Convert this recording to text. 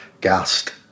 gassed